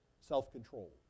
self-control